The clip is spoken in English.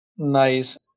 nice